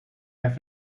have